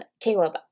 Caleb